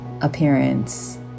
appearance